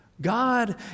God